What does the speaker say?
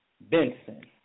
Benson